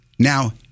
Now